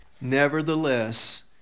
Nevertheless